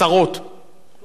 כל ממשלות ישראל,